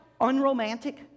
Unromantic